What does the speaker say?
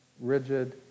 rigid